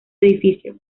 edificio